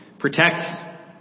Protect